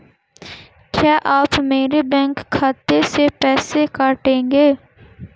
क्या आप मेरे बैंक खाते से पैसे काटेंगे?